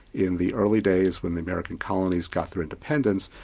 in the early days when the american colonies got their independence,